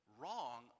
wrong